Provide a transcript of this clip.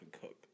Cook